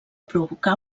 provocar